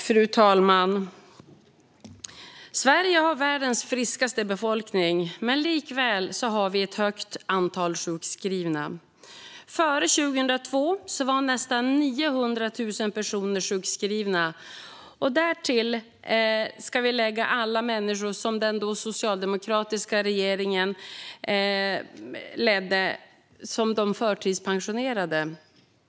Fru talman! Sverige har världens friskaste befolkning, men likväl har vi ett stort antal sjukskrivna. Ekonomisk trygghet vid sjukdom och funktions-nedsättning Före 2002 var nästan 900 000 personer sjukskrivna, och därtill ska vi lägga alla människor som den då socialdemokratiska regeringen förtidspensionerade.